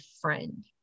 friend